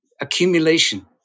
accumulation